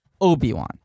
Obi-Wan